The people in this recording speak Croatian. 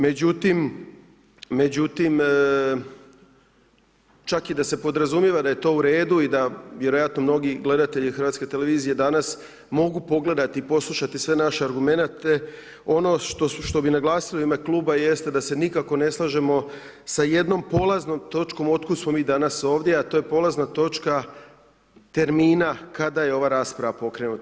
Međutim, čak i da se podrazumijeva da je to u redu i da vjerojatno mnogi gledatelji HRT-a danas mogu pogledati i poslušati sve naše argumente, ono što bi naglasili u ime kluba jeste da se nikako ne slažemo sa jednom polaznom točkom otkud smo mi ovdje, a to je polazna točka termina kada je ova rasprava pokrenuta.